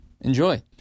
enjoy